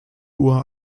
uhr